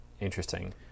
interesting